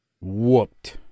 Whooped